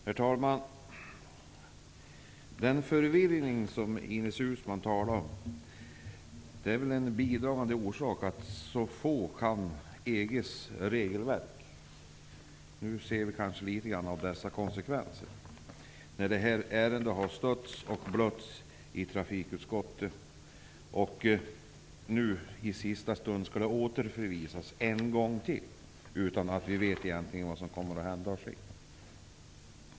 Herr talman! En bidragande orsak till den förvirring som Ines Uusmann talar om är att så få kan EG:s regelverk. Nu ser vi kanske litet grand av dessa konsekvenser. Detta ärende har stötts och blötts i trafikutskottet. Nu i sista stund skall det återförvisas en gång till utan att vi egentligen vet vad som kommer att ändras.